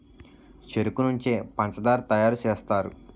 చెరుకు నుంచే పంచదార తయారు సేస్తారు